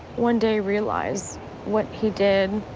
one day realize what he did.